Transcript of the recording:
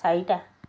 চাৰিটা